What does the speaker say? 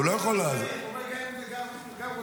זה לא עניין של תקציב.